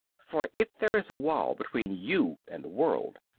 for if there is a wall between you and the world,